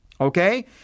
Okay